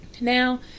now